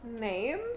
Name